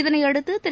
இதனையடுத்து திரு